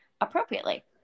appropriately